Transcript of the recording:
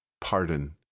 Pardon